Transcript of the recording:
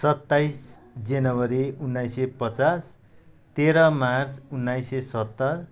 सत्ताइस जनवरी उन्नाइस सय पचास तेह्र मार्च उन्नाइस सय सत्तर